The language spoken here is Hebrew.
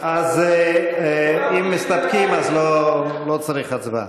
אם מסתפקים אז לא צריך הצבעה.